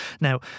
Now